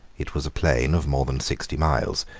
it was a plain of more than sixty miles,